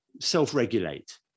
self-regulate